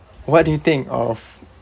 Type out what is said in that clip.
what do you think of